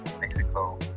Mexico